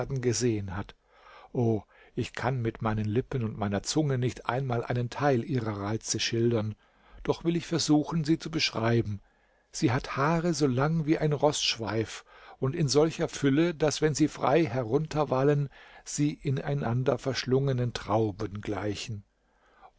gesehen hat o ich kann mit meinen lippen und meiner zunge nicht einmal einen teil ihrer reize schildern doch will ich versuchen sie zu beschreiben sie hat haare so lang wie ein roßschweif und in solcher fülle daß wenn sie frei herunterwallen sie ineinander verschlungenen trauben gleichen